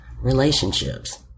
relationships